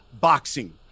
boxing